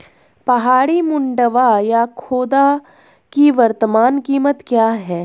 पहाड़ी मंडुवा या खोदा की वर्तमान कीमत क्या है?